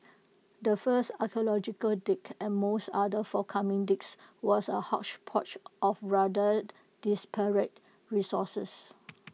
the first archaeological dig and most other forthcoming digs was A hodgepodge of rather disparate resources